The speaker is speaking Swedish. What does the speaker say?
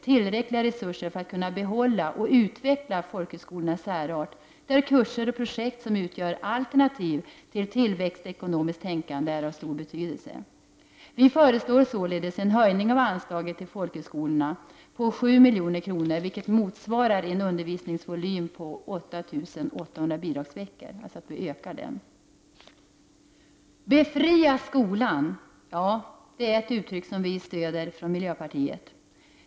Tillräckliga resurser måste ges för att kunna behålla och utveckla folkhögskolornas särart, där kurser och projekt som utgör alternativ till tillväxtekonomiskt tänkande är av stor betydelse. Vi föreslår således en höjning av anslaget till folkhögskolorna om 7 milj.kr., vilket motsvarar en undervisningsvolym som ökats med 8800 bidragsveckor. Befria skolan! Det är ett uttryck som miljöpartiet stöder.